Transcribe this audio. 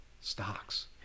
stocks